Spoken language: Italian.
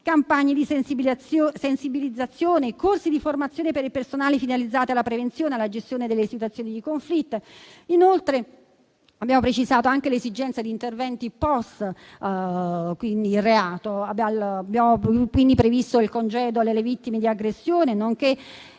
campagne di sensibilizzazione, corsi di formazione per il personale finalizzati alla prevenzione, alla gestione delle situazioni di conflitto. Inoltre, abbiamo precisato l'esigenza di interventi *post* reato, abbiamo quindi previsto il congedo per le vittime di aggressione, nonché